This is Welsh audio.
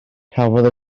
cafodd